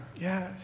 Yes